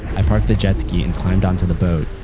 i parked the jetski and climbed onto the boat.